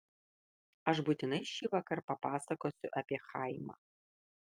aš būtinai šįvakar papasakosiu apie chaimą